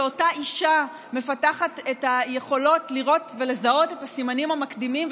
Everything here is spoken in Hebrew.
שאותה אישה מפתחת את היכולות לראות ולזהות את הסימנים המקדימים,